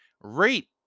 rate